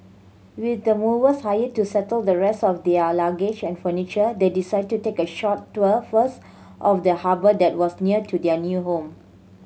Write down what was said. with the movers hired to settle the rest of their luggage and furniture they decided to take a short tour first of the harbour that was near to their new home